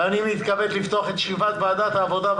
אני מתכבד לפתוח את ישיבת ועדת העבודה,